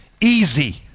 easy